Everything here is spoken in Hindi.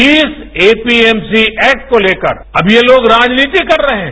जिस एपीएमसी एक्ट को लेकर अब ये लोग राजनीति कर रहे हैं